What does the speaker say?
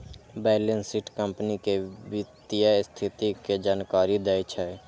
balance sheet company के वित्तीय स्थिति के जानकारी दै छै